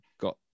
got